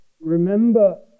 remember